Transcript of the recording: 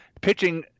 Pitching